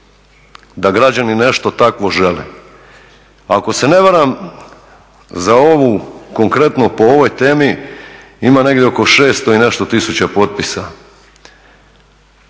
da građani nešto takvo žele. Ako se ne varam, za ovu, konkretno po ovoj temi ima negdje oko 600 i nešto tisuća potpisa,